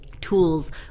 tools